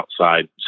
outside